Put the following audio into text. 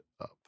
up